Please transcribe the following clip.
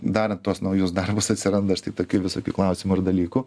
darant tuos naujus darbus atsiranda tokių visokių klausimų ir dalykų